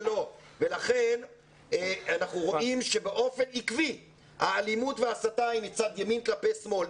ולכן אנחנו רואים שבאופן עקבי האלימות וההסתה היא מצד ימין כלפי שמאל.